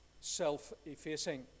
self-effacing